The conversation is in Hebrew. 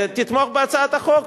ותתמוך בהצעת החוק.